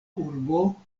urbo